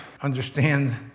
understand